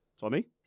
Tommy